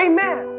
Amen